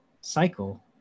cycle